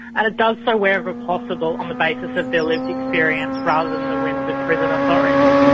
and it does so wherever possible on the basis of their lived experience rather than the whims of prison authorities.